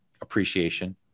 appreciation